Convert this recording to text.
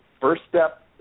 first-step